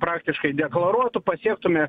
praktiškai deklaruotų pasiektume